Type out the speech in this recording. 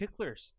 picklers